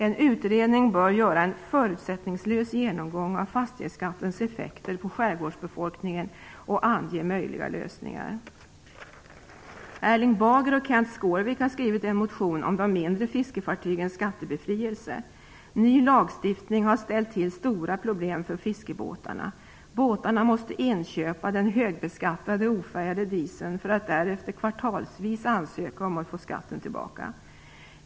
En utredning bör göra en förutsättningslös genomgång av fastighetsskattens effekter på skärgårdsbefolkningen och ange möjliga lösningar. Erling Bager och Kenth Skårvik har väckt en motion om skattebefrielse för de mindre fiskefartygen. Ny lagstiftning har ställt till stora problem för fiskebåtarna. Båtarna måste inköpa den högbeskattade ofärgade dieseln för att därefter kvartalsvis ansöka om att få skatten tillbaka.